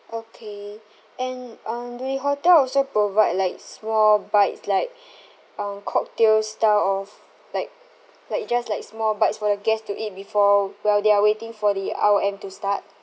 okay and um do the hotel also provide like small bites like um cocktail style of like like just like small bites for the guests to eat before while they are waiting for the R_O_M to start